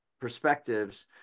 perspectives